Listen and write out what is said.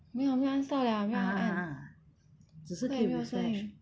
没有没有按 stop 了没有乱按